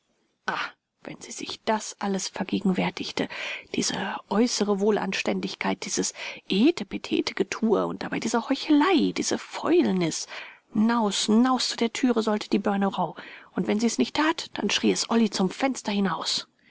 wenn sie sich das alles vergegenwärtigte diese äußere wohlanständigkeit dieses etepetetegetue und dabei diese heuchelei diese fäulnis naus naus zu der türe sollte die börnerau und wenn sie's nicht tat dann schrie es olly zum fenster hinaus